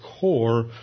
core